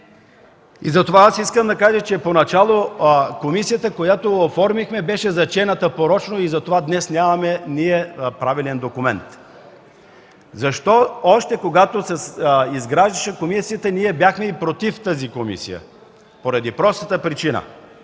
сили. Аз искам да кажа, че поначало комисията, която оформихме, беше зачената порочно и затова днес нямаме правилен документ. Защо още, когато се изграждаше комисията, ние бяхме против тази комисия? Поради простата причина,